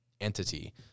Entity